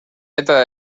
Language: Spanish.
letra